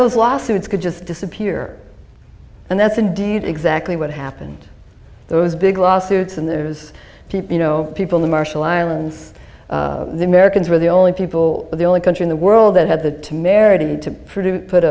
those lawsuits could just disappear and that's indeed exactly what happened those big lawsuits and those deep you know people the marshall islands the americans were the only people the only country in the world that had the t